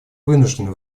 вынуждены